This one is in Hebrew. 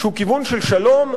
שהוא כיוון של שלום,